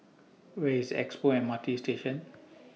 Where IS Expo M R T Station